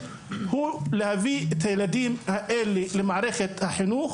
תפקידם הוא להביא את הילדים האלה אל מערכת החינוך